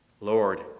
Lord